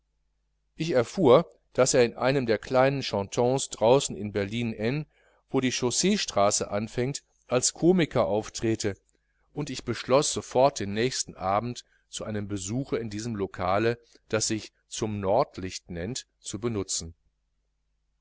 ich erfuhr daß er in einem der kleinen chantants draußen in berlin n wo die chausseestraße anfängt als komiker auftrete und ich beschloß sofort den nächsten abend zu einem besuche in diesem lokal das sich zum nordlicht nennt zu benutzen